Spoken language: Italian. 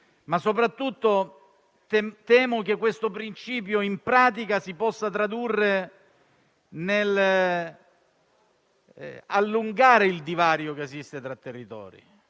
ma soprattutto temo che questo principio, in pratica, si possa tradurre nell'allargare il divario che esiste tra i territori.